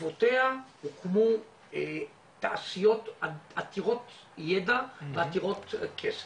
בעקבותיה הוקמו תעשיות עתירות ידע ועתירות כסף.